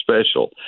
special